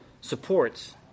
supports